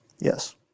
Yes